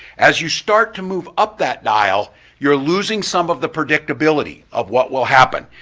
as you start to move up that dial you're losing some of the predictability of what will happen.